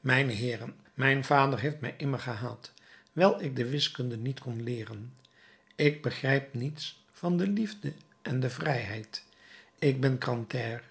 mijne heeren mijn vader heeft mij immer gehaat wijl ik de wiskunde niet kon leeren ik begrijp niets dan de liefde en de vrijheid ik ben grantaire